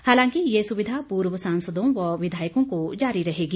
हालांकि ये सुविधा पूर्व सांसदों व विधायकों को जारी रहेगी